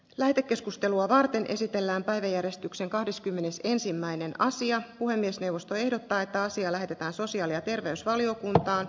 lähetekeskustelua varten esitellään päiväjärjestyksen kahdeskymmenes ensimmäinen asia puhemiesneuvosto ehdottaa että asia lähetetään sosiaali ja terveysvaliokuntaan